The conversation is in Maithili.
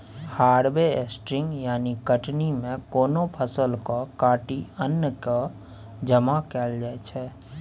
हार्वेस्टिंग यानी कटनी मे कोनो फसल केँ काटि अन्न केँ जमा कएल जाइ छै